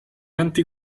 anti